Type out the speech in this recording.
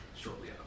shortly